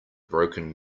broken